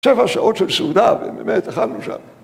שבע שעות של סעודה, ובאמת אכלנו שם.